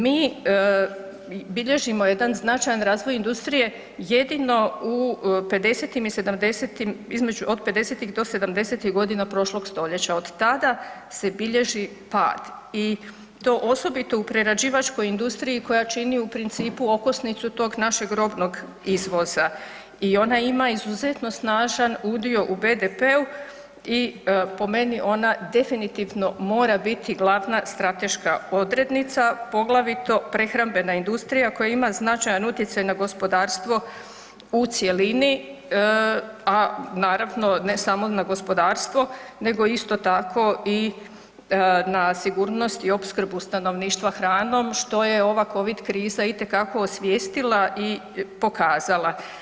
Mi bilježimo jedan značajan razvoj industrije, jedino u '50.-tim i '70.-tim, od '50.-tih do '70.-tih godina prošlog stoljeća od tada se bilježi pad i to osobito u prerađivačkoj industriji koja čini u principu okosnicu tog našeg robnog izvoza i ona ima izuzetno snažan udio u BDP-u i po meni ona definitivno mora biti glavna strateška odrednica, poglavito prehrambena industrija koja ima značajan utjecaj na gospodarstvo u cjelini, a naravno ne samo na gospodarstvo nego isto tako i na sigurnost i opskrbu stanovništva hranom, što je ova covid kriza itekako osvijestila i pokazala.